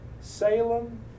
Salem